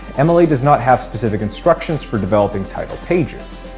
and mla does not have specific instructions for developing title pages.